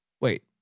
Wait